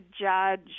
judge